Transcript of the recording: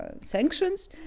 sanctions